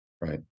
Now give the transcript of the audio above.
right